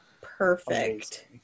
perfect